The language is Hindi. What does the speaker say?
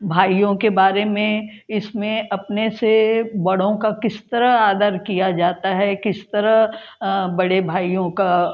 भाइयों के बारे में इसमें अपने से बड़ों का किस तरह आदर किया जाता है किस तरह बड़े भाइयों का